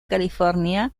california